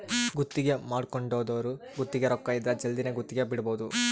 ಗುತ್ತಿಗೆ ಮಾಡ್ಕೊಂದೊರು ಗುತ್ತಿಗೆ ರೊಕ್ಕ ಇದ್ರ ಜಲ್ದಿನೆ ಗುತ್ತಿಗೆ ಬಿಡಬೋದು